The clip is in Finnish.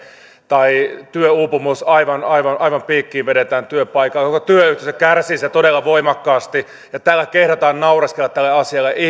tai työuupumus aivan aivan piikkiin vedetään työpaikalla ja koko työyhteisö kärsii siinä todella voimakkaasti ja täällä kehdataan naureskella tälle asialle